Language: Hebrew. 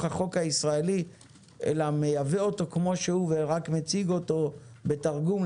החוק הישראלי אלא מייבא אותו כמו שהוא ורק מציג אותו בתרגום,